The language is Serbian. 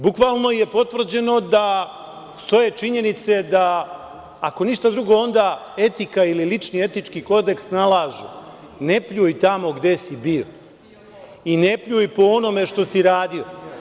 Bukvalno je potvrđeno da stoje činjenice da ako ništa drugo, onda etika ili lični etički kodeks nalažu – ne pljuj tamo gde si bio i ne pljuj po onome što si radio.